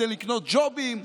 כדי לקנות ג'ובים,